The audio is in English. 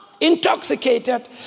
intoxicated